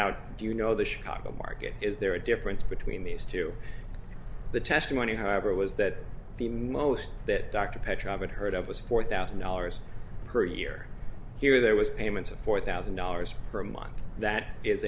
out you know the chicago market is there a difference between these two the testimony however was that the most that dr petrograd heard of was four thousand dollars per year here there was payments of four thousand dollars per month that is